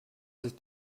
sich